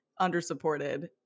undersupported